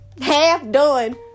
half-done